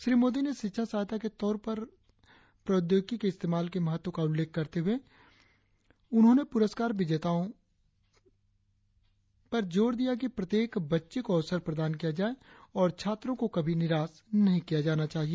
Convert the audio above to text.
श्री मोदी ने शिक्षा सहायता के तौर पर प्रौद्योगिकी के इस्तेमाल के महत्व का उल्लेख करते हुए उन्होंने पुरस्कार विजेताओं को पर जोर दिया कि प्रत्येक बच्चे को अवसर प्रदान किया जाए और छात्रों को कभी निराश नही किया जाना चाहिए